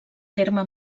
terme